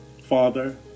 father